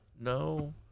No